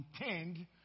intend